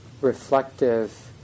reflective